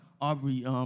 Aubrey